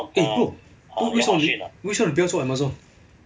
eh bro 为什么你为什么你不要算 amazon